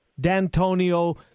D'Antonio